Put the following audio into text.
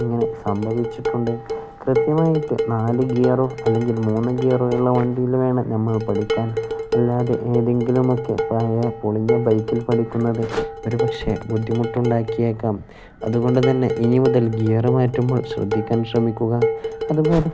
ഇങ്ങനെ സംഭവിച്ചിട്ടുണ്ട് കൃത്യമായിട്ട് നാല് ഗിയറോ അല്ലെങ്കിൽ മൂന്ന് ഗിയറോ ഉള്ള വണ്ടിയിൽ വേണം നമ്മൾ പഠിക്കാൻ അല്ലാതെ ഏതെങ്കിലുമൊക്കെ പഴയ പൊളിഞ്ഞ ബൈക്കിൽ പഠിക്കുന്നത് ഒരു പക്ഷേ ബുദ്ധിമുട്ടുണ്ടാക്കിയേക്കാം അതുകൊണ്ടുതന്നെ ഇനി മുതൽ ഗിയര് മാറ്റുമ്പോൾ ശ്രദ്ധിക്കാൻ ശ്രമിക്കുക അതുപോലെ